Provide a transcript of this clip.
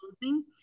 closing